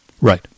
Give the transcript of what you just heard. Right